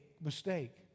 mistake